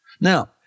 Now